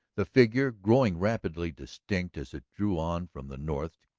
the figure, growing rapidly distinct as it drew on from the north,